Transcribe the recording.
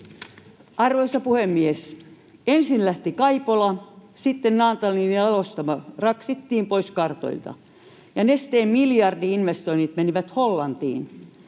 Arvoisa puhemies! Ensin lähti Kaipola, sitten Naantalin jalostamo raksittiin pois kartoilta, ja Nesteen miljardi-investoinnit menivät Hollantiin.